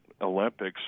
Olympics